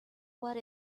what